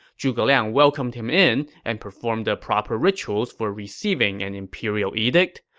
zhuge liang welcomed him in and performed the proper rituals for receiving an imperial edict.